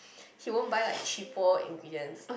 he won't buy like cheapo ingredients